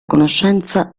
conoscenza